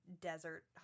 desert